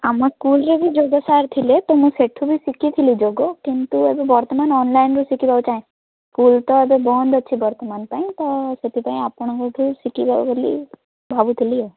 ଆମ ସ୍କୁଲରେ ବି ଯୋଗ ସାର୍ ଥିଲେ ତ ମୁଁ ସେଇଠୁ ବି ଶିଖିଥିଲି ଯୋଗ କିନ୍ତୁ ଏବେ ବର୍ତ୍ତମାନ ଅନ୍ଲାଇନ୍ରୁ ଶିଖିବାକୁ ଚାହେଁ ସ୍କୁଲ ତ ଏବେ ବନ୍ଦ ଅଛି ବର୍ତ୍ତମାନ ପାଇଁ ତ ସେଥିପାଇଁ ଆପଣଙ୍କଠୁ ଶିଖିବା ବୋଲି ଭାବୁଥିଲି ଆଉ